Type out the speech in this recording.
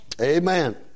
Amen